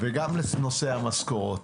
וגם לנושא המשכורות.